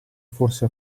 forse